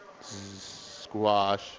squash